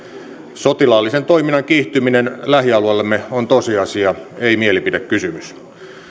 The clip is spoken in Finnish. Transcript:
sotilaallisen toiminnan kiihtyminen lähialueillamme on tosiasia ei mielipidekysymys